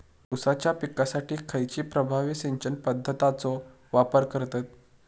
ऊसाच्या पिकासाठी खैयची प्रभावी सिंचन पद्धताचो वापर करतत?